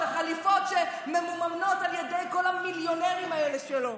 החליפות שממומנות על ידי כל המיליונרים האלה שלו.